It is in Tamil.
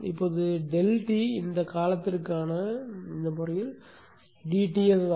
இப்போது ∆T இந்த காலத்திற்கான இந்த வழக்கில் dTs ஆகும்